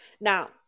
Now